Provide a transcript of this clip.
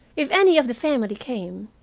if any of the family came,